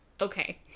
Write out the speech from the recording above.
Okay